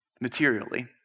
materially